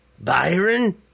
Byron